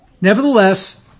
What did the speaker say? Nevertheless